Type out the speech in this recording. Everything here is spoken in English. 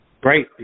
great